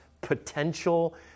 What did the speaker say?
potential